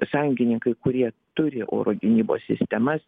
sąjungininkai kurie turi oro gynybos sistemas